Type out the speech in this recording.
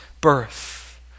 birth